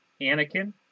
Anakin